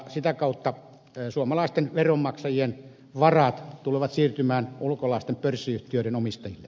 sitä kautta suomalaisten veronmaksajien varat tulevat siirtymään ulkolaisten pörssiyhtiöiden omistajille